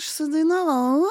aš sudainavau